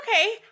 okay